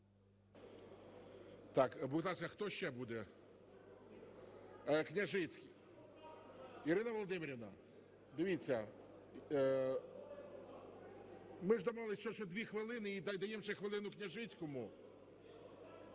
Так, будь ласка, хто ще буде? Княжицький. Ірина Володимирівна, дивіться, ми ж домовились, що дві хвилини і даємо ще хвилину Княжицькому.